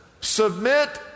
submit